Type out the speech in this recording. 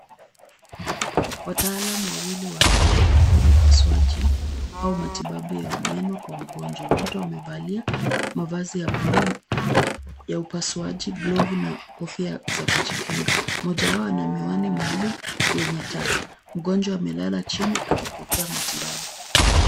Wataalamu wawili wa afya wakifanya upasuaji au matibabu ya meno kwa mgonjwa. Wote wamevalia mavazi ya buluu ya upasuaji, glovu na kofia za kujikinga. Mmoja wao ana miwani maalum yenye taa. Mgonjwa amelala chini akipokea matibabu.